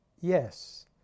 yes